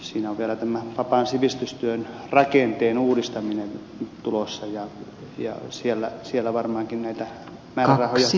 siinä on vielä tämä vapaan sivistystyön rakenteen uudistaminen tulossa ja siellä varmaankin näitä määrärahoja tarvitaan